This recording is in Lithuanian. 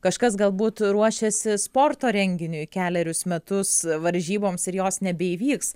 kažkas galbūt ruošėsi sporto renginiui kelerius metus varžyboms ir jos nebeįvyks